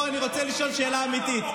בואו, אני רוצה לשאול שאלה אמיתית.